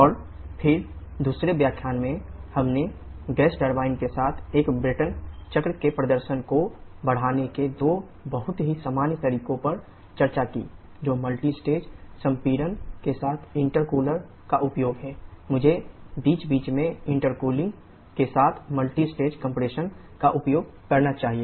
और फिर दूसरे व्याख्यान में हमने गैस टरबाइन विस्तार के उपयोग को बीच बीच में गर्म करने के साथ करना चाहिए